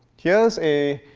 here's a